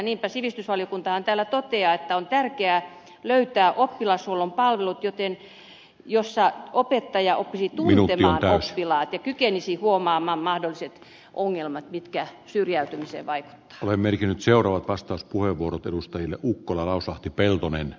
niinpä sivistysvaliokunta toteaa että on tärkeää löytää oppilashuollon palvelut jossa opettaja oppisi tuntemaan oppilaat ja kykenisi huomaamaan mahdolliset ongelmat mitkä syrjäytymiseen vai ole merkinnyt seurue vastauspuheenvuorot edustajille kukkola lausahti peltonen